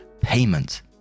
payment